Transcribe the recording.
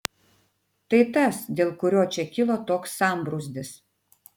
tai tas dėl kurio čia kilo toks sambrūzdis